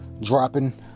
dropping